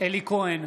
אלי כהן,